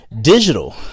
digital